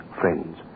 friends